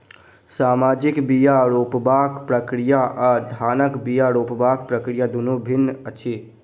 सजमनिक बीया रोपबाक प्रक्रिया आ धानक बीया रोपबाक प्रक्रिया दुनु भिन्न अछि